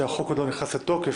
שהחוק עוד לא נכנס לתוקף,